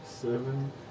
Seven